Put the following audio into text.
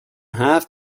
have